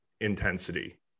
intensity